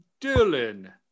Dylan